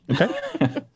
Okay